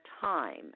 time